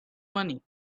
money